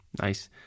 nice